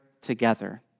together